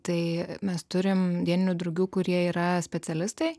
tai mes turim dieninių drugių kurie yra specialistai